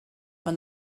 maen